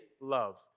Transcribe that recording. love